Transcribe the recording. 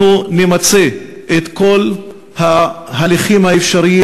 אנחנו נמצה את כל ההליכים האפשריים,